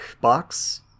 box